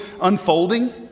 unfolding